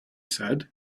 said